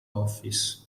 office